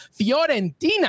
Fiorentina